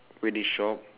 wedding shop